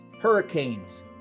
hurricanes